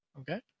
Okay